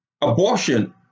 abortion